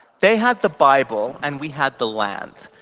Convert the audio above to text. they had the bible and we had the land.